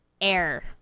air